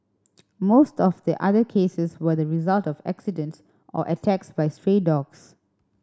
most of the other cases were the result of accidents or attacks by stray dogs